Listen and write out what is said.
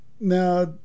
now